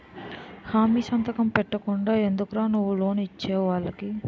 హామీ సంతకం పెట్టకుండా ఎందుకురా నువ్వు లోన్ ఇచ్చేవు వాళ్ళకి